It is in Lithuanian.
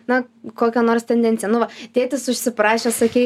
na kokią nors tendenciją nu va tėtis užsiprašė sakei